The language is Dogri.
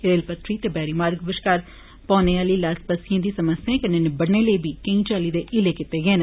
रेलपत्थरी ते बरारीमार्ग बश्कार पौने आह्ली ल्हास पस्सियें दी समस्याएं कन्नै निब्बड़ने लेई बी केई चाल्ली दे हले कीते गे न